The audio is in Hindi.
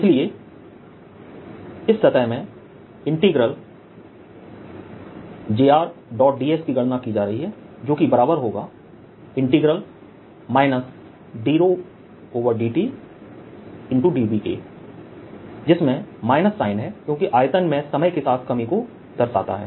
इसलिए इस सतह में इंटीग्रल jds की गणना की जा रही है जोकि बराबर होगा dvके जिसमें माइनस साइन है क्योंकि आयतन में समय के साथ कमी को दर्शाता है